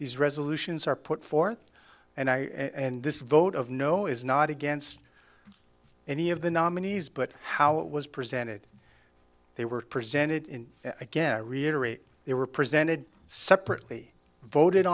these resolutions are put forth and i and this vote of no is not against any of the nominees but how it was presented they were presented in again i reiterate they were presented separately voted